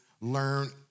learn